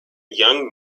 young